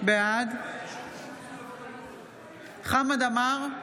בעד חמד עמאר,